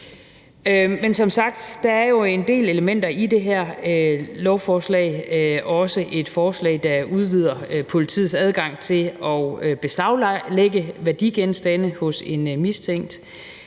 Men som sagt er der jo en del elementer i det her lovforslag, bl.a. også et forslag, der udvider politiets adgang til at beslaglægge værdigenstande hos en mistænkt,